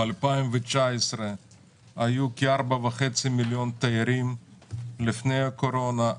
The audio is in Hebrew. ב-2019 היו כ-4.5 מיליון תיירים לפני הקורונה.